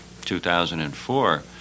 2004